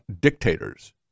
dictators